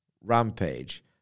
Rampage